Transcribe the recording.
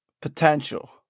Potential